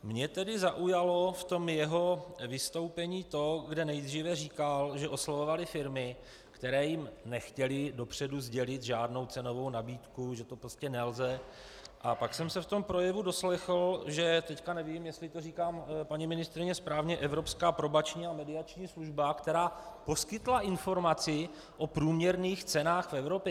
Mně tedy zaujalo v jeho vystoupení to, kde nejdříve říkal, že oslovovali firmy, které jim nechtěly dopředu sdělit žádnou cenovou nabídku, že to prostě nelze, a pak jsem se v tom projevu doslechl, teď nevím, jestli to říkám, paní ministryně správně, evropská probační a mediační služba, která poskytla informaci o průměrných cenách v Evropě.